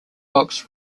box